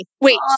Wait